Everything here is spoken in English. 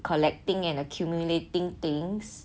collecting and accumulating things